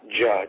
judge